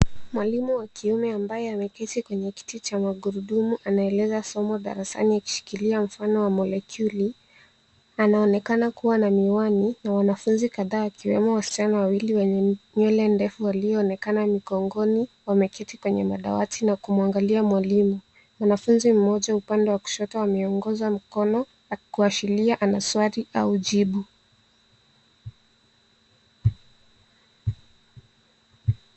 Mwalimu wa kiume ambaye ameketi kwenye kiti cha magurudumu anaeleza somo darasani akishikilia mfano wa molekuli, anaonekana kuwa na miwani na wanafunzi kadhaa wakiwemo wasichana waili wenye nywele ndefu walioonekana migongoni wameketi kwenye madawati na kumwangalia mwalimu. Mwanafunzi mmoja upande wa kushoto ameongoza mkono kuashiria ana swali au jibu.